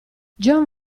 john